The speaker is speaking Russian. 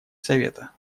совета